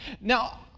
Now